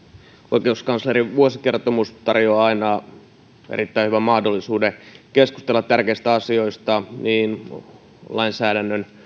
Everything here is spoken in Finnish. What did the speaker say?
oikeuskanslerin vuosikertomus tarjoaa aina erittäin hyvän mahdollisuuden keskustella tärkeistä asioista niin lainsäädännön